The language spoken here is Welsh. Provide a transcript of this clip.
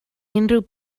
unrhyw